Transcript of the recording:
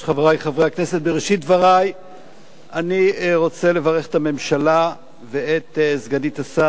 בראשית דברי אני רוצה לברך את הממשלה ואת סגנית השר גילה גמליאל,